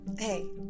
Hey